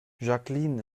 jacqueline